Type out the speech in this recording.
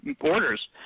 orders